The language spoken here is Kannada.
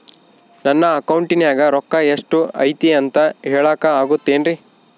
ನನ್ನ ಅಕೌಂಟಿನ್ಯಾಗ ರೊಕ್ಕ ಎಷ್ಟು ಐತಿ ಅಂತ ಹೇಳಕ ಆಗುತ್ತೆನ್ರಿ?